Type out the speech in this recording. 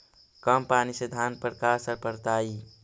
कम पनी से धान पर का असर पड़तायी?